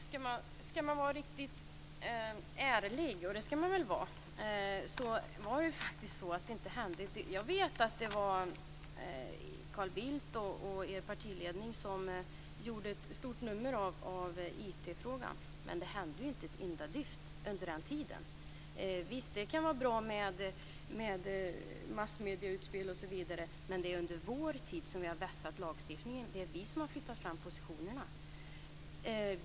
Fru talman! Om man skall vara ärlig, och det skall man väl vara, hände det inte ett dyft. Jag vet att Carl Bildt och er partiledning gjorde ett stort nummer av IT-frågan, men det hände inte ett dyft under den tiden. Visst kan det vara bra med medieutspel osv., men det är under vår tid som vi har vässat lagstiftningen och vi som har flyttat fram positionerna.